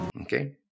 Okay